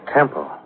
Temple